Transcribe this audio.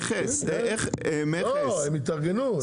לא, הם יתארגנו.